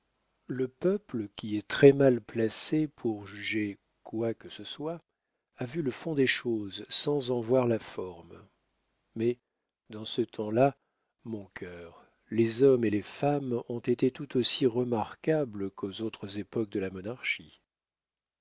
le peuple qui est très-mal placé pour juger quoi que ce soit a vu le fond des choses sans en voir la forme mais dans ce temps-là mon cœur les hommes et les femmes ont été tout aussi remarquables qu'aux autres époques de la monarchie